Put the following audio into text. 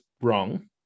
wrong